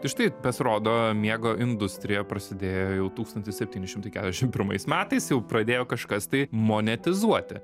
tai štai pasirodo miego industrija prasidėjo jau tūkstantis septyni šimtai kiasšim pirmais metais jau pradėjo kažkas tai monetizuoti